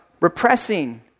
repressing